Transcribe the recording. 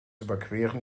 überqueren